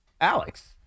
Alex